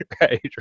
right